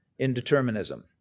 indeterminism